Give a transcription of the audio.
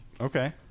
Okay